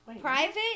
Private